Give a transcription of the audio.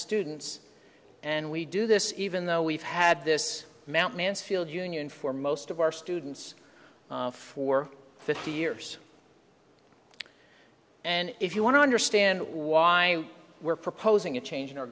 students and we do this even though we've had this mount mansfield union for most of our students for fifty years and if you want to understand why we're proposing a change in our